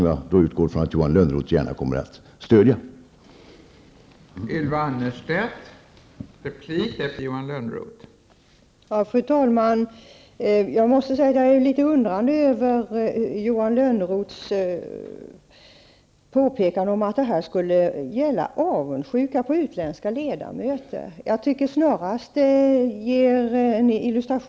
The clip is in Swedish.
Jag utgår ifrån att Johan Lönnroth gärna kommer att stödja en sådan tanke.